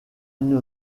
une